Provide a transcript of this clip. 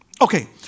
Okay